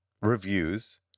reviews